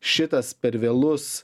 šitas per vėlus